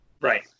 Right